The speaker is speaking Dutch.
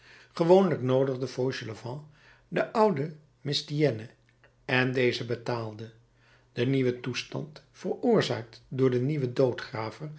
gewoonlijk noodigde fauchelevent den ouden mestienne en deze betaalde de nieuwe toestand veroorzaakt door den nieuwen